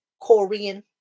Korean